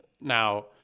Now